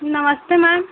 नमस्ते मैम